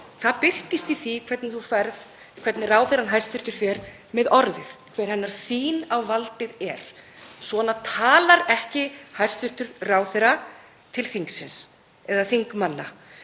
Það birtist í því hvernig hæstv. ráðherra fer með orðið, hver hennar sýn á valdið er. Svona talar ekki hæstv. ráðherra til þingsins eða þingmanna.